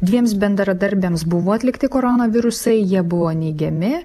dviems bendradarbiams buvo atlikti koronavirusai jie buvo neigiami